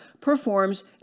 performs